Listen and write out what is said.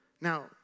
Now